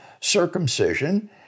circumcision